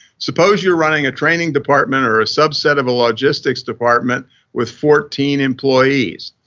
suppose you're running a training department or a subset of a linguistics department with fourteen employees.